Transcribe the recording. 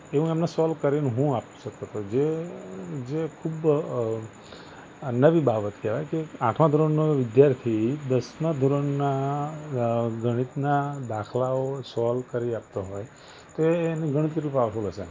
એ હું અમને સૉલ્વ કરીને હું આપી શકતો હતો જે જે ખૂબ નવી બાબત કહેવાય કે એક આઠમા ધોરણનો વિદ્યાર્થી દસમા ધોરણના ગણિતના દાખલાઓ સૉલ્વ કરી આપતો હોય તો એ એનું ગણિત કેટલું પાવરફૂલ હશે